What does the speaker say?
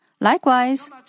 Likewise